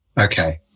Okay